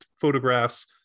photographs